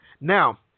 Now